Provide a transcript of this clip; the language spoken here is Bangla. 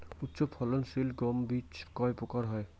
উচ্চ ফলন সিল গম বীজ কয় প্রকার হয়?